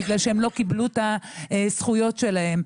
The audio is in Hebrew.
בגלל שהם לא קיבלו את הזכויות שלהם,